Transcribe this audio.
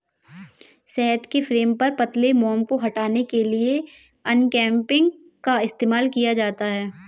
शहद के फ्रेम पर पतले मोम को हटाने के लिए अनकैपिंग का इस्तेमाल किया जाता है